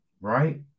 right